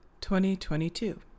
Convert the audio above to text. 2022